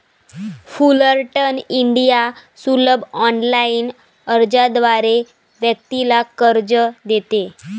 Fullerton India सुलभ online अर्जाद्वारे व्यक्तीला कर्ज देते